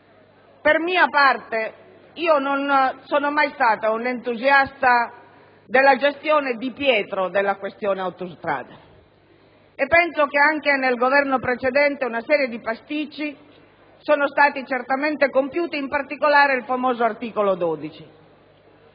per mia parte non sono mai stata un'entusiasta della gestione Di Pietro della questione Autostrade e penso che anche nel Governo precedente una serie di pasticci siano stati certamente compiuti; mi riferisco in particolare al famoso articolo 12